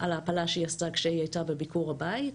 על ההפלה שהיא עשתה כשהיא הייתה בביקור הבית,